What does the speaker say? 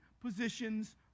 positions